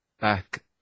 back